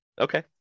okay